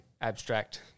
abstract